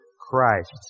Christ